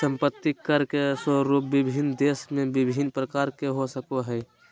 संपत्ति कर के स्वरूप विभिन्न देश में भिन्न प्रकार के हो सको हइ